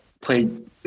played